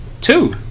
Two